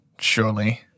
Surely